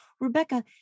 Rebecca